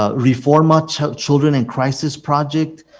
ah reforma children in crisis project.